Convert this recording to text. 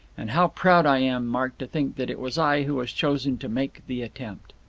and how proud i am, mark, to think that it was i who was chosen to make the attempt!